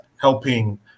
helping